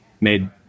made